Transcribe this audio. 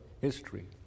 history